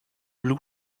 blu